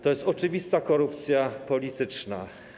To jest oczywista korupcja polityczna.